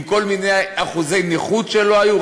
עם כל מיני אחוזי נכות שלא היו,